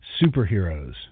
superheroes